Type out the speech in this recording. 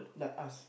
like us